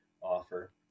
offer